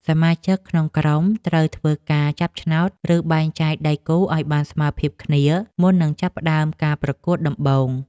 សមាជិកក្នុងក្រុមត្រូវធ្វើការចាប់ឆ្នោត ឬបែងចែកដៃគូឱ្យបានស្មើភាពគ្នា មុននឹងចាប់ផ្ដើមការប្រកួតដំបូង។